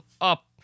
up